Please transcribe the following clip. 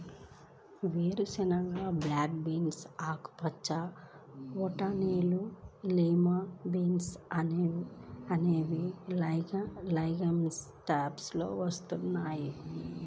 వేరుశెనగ, black beans, ఆకుపచ్చ బటానీలు, లిమా బీన్స్ అనేవి లెగమ్స్ టైప్స్ లోకి వస్తాయి